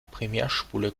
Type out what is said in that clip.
primärspule